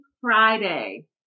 Friday